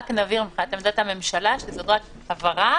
רק נבהיר מבחינת עמדת הממשלה שזו רק הבהרה,